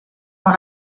dans